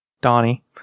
Donnie